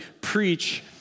preach